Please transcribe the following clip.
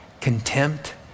contempt